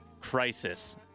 crisis